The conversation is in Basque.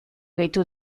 gehitu